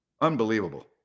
Unbelievable